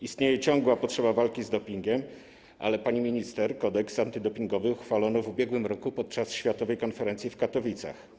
Istnieje ciągła potrzeba walki z dopingiem, ale pani minister, kodeks antydopingowy uchwalono w ubiegłym roku podczas światowej konferencji w Katowicach.